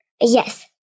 Yes